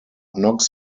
knox